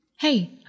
Hey